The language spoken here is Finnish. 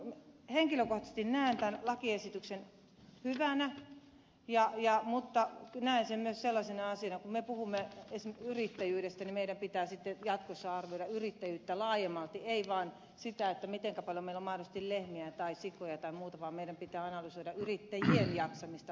henkilökohtaisesti näen tämän lakiesityksen hyvänä mutta näen sen myös sellaisena asiana että kun me puhumme esimerkiksi yrittäjyydestä meidän pitää sitten jatkossa arvioida yrittäjyyttä laajemmalti ei vain sitä mitenkä paljon meillä on mahdollisesti lehmiä tai sikoja tai muuta vaan meidän pitää analysoida yrittäjien jaksamista laajemmaltikin